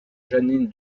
jeanine